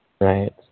Right